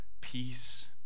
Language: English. peace